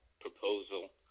proposal